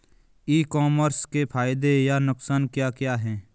ई commerce के फायदे या नुकसान क्या क्या हैं?